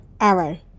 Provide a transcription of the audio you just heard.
arrow